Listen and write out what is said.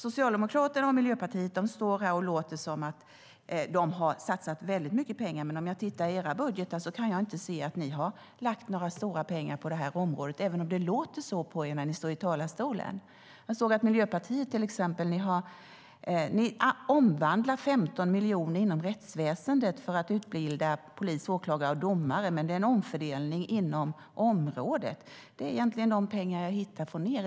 Socialdemokraterna och Miljöpartiet står här och låter som att de har satsat väldigt mycket pengar, men när jag tittar i era budgetar kan jag inte se att ni skulle ha lagt några stora pengar på det här området, även om det låter så på er när ni står i talarstolen. Jag såg till exempel att Miljöpartiet omvandlar 15 miljoner inom rättsväsendet för att utbilda polis, åklagare och domare, men det är en omfördelning inom området. Det är egentligen de pengar jag hittar från er.